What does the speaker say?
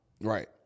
Right